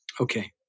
Okay